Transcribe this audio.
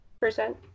percent